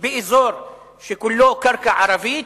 באזור שכולו קרקע ערבית,